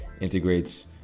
integrates